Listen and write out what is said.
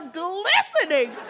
glistening